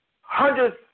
hundreds